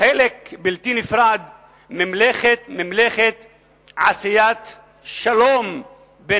חלק בלתי נפרד ממלאכת עשיית שלום בין